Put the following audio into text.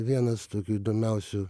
vienas tokių įdomiausių